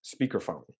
speakerphone